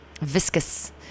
viscous